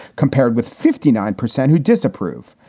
compared with fifty nine percent who disapprove.